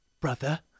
brother